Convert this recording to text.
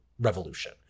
revolution